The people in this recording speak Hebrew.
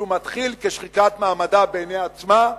שהוא מתחיל כשחיקת מעמדה בעיני עצמה,